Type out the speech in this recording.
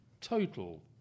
total